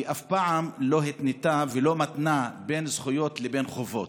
היא אף פעם לא התנתה ולא מתנה זכויות בחובות.